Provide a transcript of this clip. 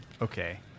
Okay